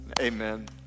amen